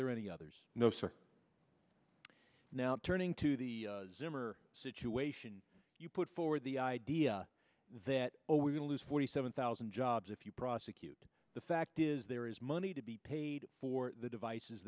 there any others no sir now turning to the zimmer situation you put forward the idea that oh we will lose forty seven thousand jobs if you prosecute the fact is there is money to be paid for the devices